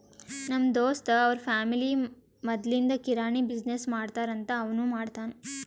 ನಮ್ ದೋಸ್ತ್ ಅವ್ರ ಫ್ಯಾಮಿಲಿ ಮದ್ಲಿಂದ್ ಕಿರಾಣಿ ಬಿಸಿನ್ನೆಸ್ ಮಾಡ್ತಾರ್ ಅಂತ್ ಅವನೂ ಮಾಡ್ತಾನ್